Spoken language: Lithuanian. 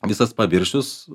visas paviršius